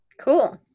Cool